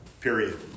period